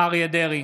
אריה מכלוף דרעי,